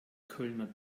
kölner